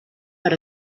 per